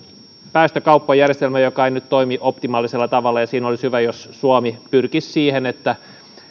päästökauppa on järjestelmä joka ei nyt toimi optimaalisella tavalla ja olisi hyvä jos suomi pyrkisi siihen että